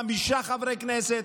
חמישה חברי כנסת,